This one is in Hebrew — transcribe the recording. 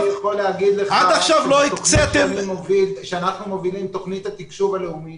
אני יכול להגיד לך שאנחנו מובילים תוכנית התקשוב הלאומית